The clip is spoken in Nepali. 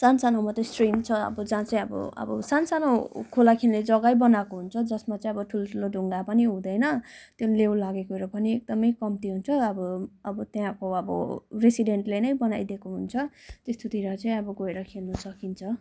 सान सानो मात्रै स्ट्रिम छ अब जहाँ चाहिँ अब अब सानो सानो खोला खेल्ने जग्गै बनाएको हुन्छ जसमा चाहिँ अब ठुल्ठुलो ढुङ्गा पनि हुँदैन त्यो लेउ लागेकोहरू पनि एकदमै कम्ती हुन्छ अब अब त्यहाँको अब रेसिडेन्टले नै बनाइदिएको हुन्छ त्यस्तोतिर चाहिँ अब गएर खेल्न सकिन्छ